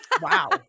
Wow